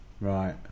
Right